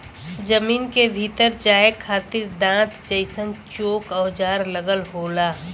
जमीन के भीतर जाये खातिर दांत जइसन चोक औजार लगल होला